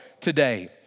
today